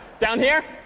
down here?